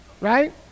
Right